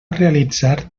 realitzar